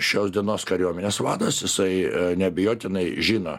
šios dienos kariuomenės vadas jisai neabejotinai žino